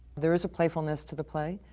there is a playfulness to the play.